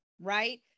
right